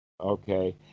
okay